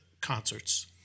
concerts